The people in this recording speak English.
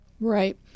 right